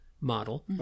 model